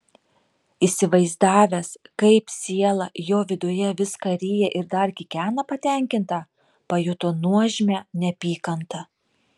įsivaizdavęs kaip siela jo viduje viską ryja ir dar kikena patenkinta pajuto nuožmią neapykantą